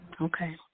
Okay